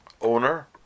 owner